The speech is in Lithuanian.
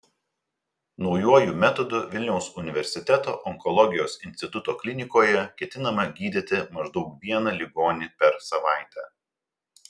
naujuoju metodu vilniaus universiteto onkologijos instituto klinikoje ketinama gydyti maždaug vieną ligonį per savaitę